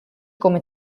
come